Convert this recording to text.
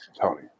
Tony